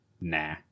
nah